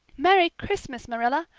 merry christmas, marilla!